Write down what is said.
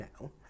now